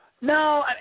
No